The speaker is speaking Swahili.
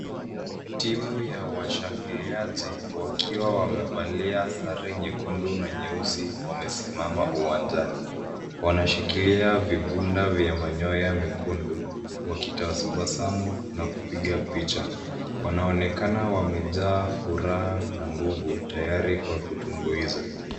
Timu ya washangiliaji wakiwa wamevalia sare nyekundu na nyeusi wamesimama uwanjani. Wanashikilia vipunda vya manyoya mekundu wakitabasamu na kupiga picha. Wanaonekana wamejaa furaha na nguvu tayari kwa kutumbuiza.